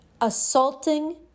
assaulting